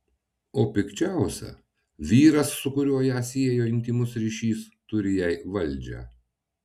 o pikčiausia vyras su kuriuo ją siejo intymus ryšys turi jai valdžią